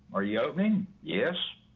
are you opening? yes.